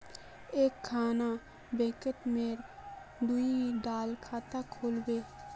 एक खान बैंकोत मोर दुई डा खाता खुल बे?